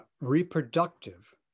reproductive